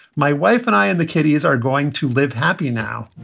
my wife and i and the kids are going to live happy now.